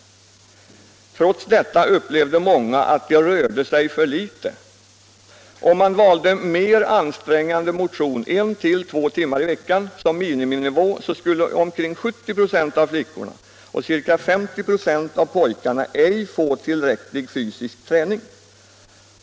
Trots detta upplevde många att de rörde sig för litet. Om man valde ”mer ansträngande motion 1 till 2 timmar i veckan” som miniminivå skulle omkring 70 96 av flickorna och ca 50 96 av pojkarna ej få tillräcklig fysisk träning.